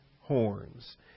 horns